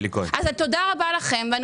אז תודה רבה לכם, נציגי הממשלה.